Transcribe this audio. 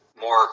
more